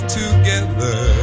together